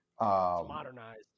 modernized